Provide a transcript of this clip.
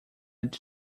did